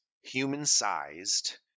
human-sized